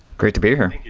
great to be here.